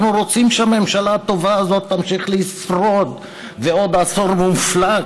אנחנו רוצים שהממשלה הטובה הזאת תמשיך לשרוד עוד עשור מופלא,